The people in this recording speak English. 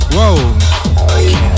Whoa